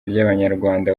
ry’abanyarwanda